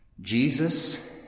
Jesus